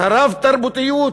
את הרב-תרבותיות,